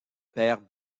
père